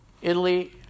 Italy